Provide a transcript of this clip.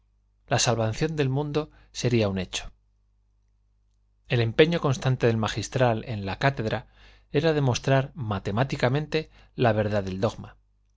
la salvación del mundo sería un hecho el empeño constante del magistral en la cátedra era demostrar matemáticamente la verdad del dogma